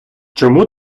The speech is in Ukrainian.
чому